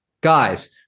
Guys